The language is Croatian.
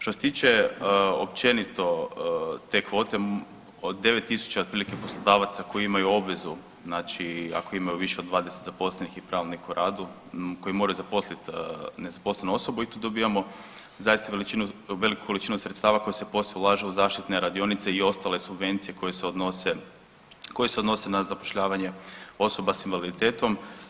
Što se tiče općenito te kvote, od 9 000 otprilike, poslodavaca koji imaju obvezu znači, ako imaju više od 20 zaposlenih i pravilnik o radu, koji moraju zaposliti nezaposlenu osobu, i tu dobivamo zaista veličinu, veliku količinu sredstava koji se poslije ulaže u zaštitne radionice i ostale subvencije koje se odnose na zapošljavanje osoba s invaliditetom.